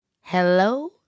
Hello